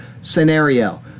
scenario